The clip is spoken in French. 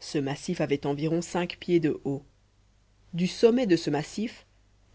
ce massif avait environ cinq pieds de haut du sommet de ce massif